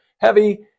heavy